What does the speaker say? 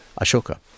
Ashoka